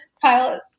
pilot